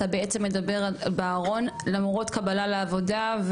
אתה בעצם מדבר בארון, למרות קבלה לעבודה.